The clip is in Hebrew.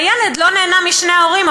והילד לא נהנה משני ההורים,